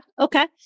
Okay